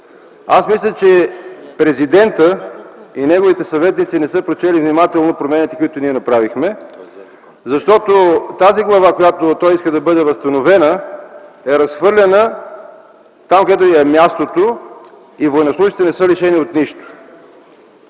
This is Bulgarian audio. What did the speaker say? аз мисля, че президентът и неговите съветници не са прочели внимателно промените, които ние направихме, защото тази глава, която той иска да бъде възстановена, е разхвърляна там, където й е мястото. И военнослужещите не са лишени от нищо.